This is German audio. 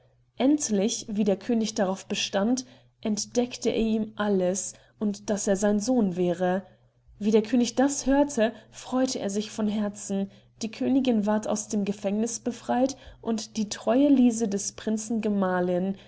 endlich wie der könig darauf bestand entdeckte er ihm alles und daß er sein sohn wäre wie der könig das hörte freute er sich von herzen die königin ward aus dem gefängniß befreit und die treue lise des prinzen gemahlin